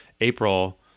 April